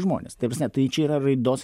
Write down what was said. žmonės ta prasme tai čia yra raidos